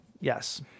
Yes